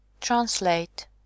Translate